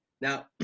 Now